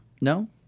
No